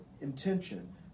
intention